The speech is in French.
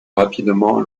rapidement